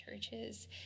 churches